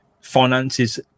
finances